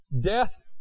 death